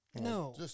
No